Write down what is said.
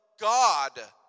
God